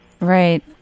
Right